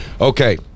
okay